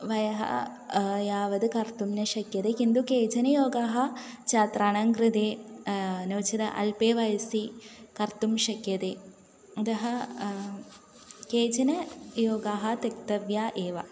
वयसि यावत् कर्तुं न शक्यते किन्तु केचन योगाः छात्राणां कृते नो चेत् अल्पे वयसि कर्तुं शक्यते अतः केचन योगाः त्यक्तव्याः एव